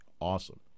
awesome